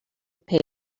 pay